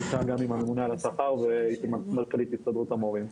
נשב גם עם הממונה על השכר ועם מנכ"לית הסתדרות המורים.